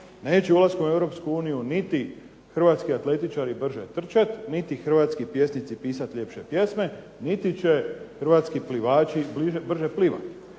Neće ulaskom u Europsku uniju niti hrvatski atletičari brže trčati, niti hrvatski pjesnici pisati ljepše pjesme, niti će hrvatski plivaći brže plivati.